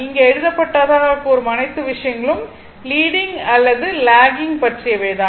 இங்கே எழுதப்பட்டதாகக் கூறும் அனைத்து விஷயங்களும் லீடிங் அல்லது லாகிங் பற்றியவை தான்